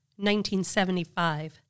1975